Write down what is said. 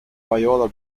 viola